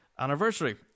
Anniversary